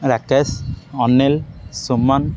Rakesh Anil Suman